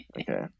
Okay